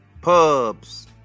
pubs